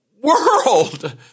world